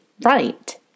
right